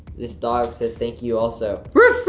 this dog says, thank you, also.